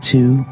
Two